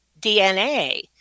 DNA